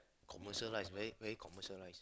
commercialised very very commercialised